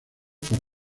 por